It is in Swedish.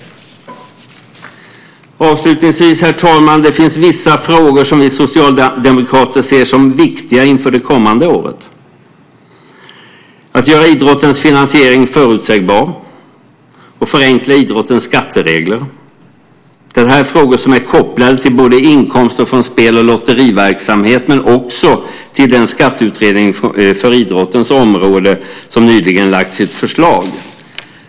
Avslutningsvis, herr talman, finns det vissa frågor som vi socialdemokrater ser som viktiga inför det kommande året: att göra idrottens finansiering förutsägbar och att förenkla idrottens skatteregler. Det här är frågor som är kopplade både till inkomster från spel och lotteriverksamhet och till den skatteutredning på idrottens område som nyligen lagt fram sitt förslag.